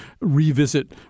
revisit